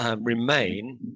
Remain